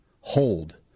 hold